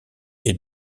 est